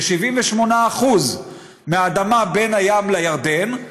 כ-78% מהאדמה בין הים לירדן,